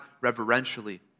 reverentially